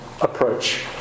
approach